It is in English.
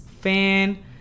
fan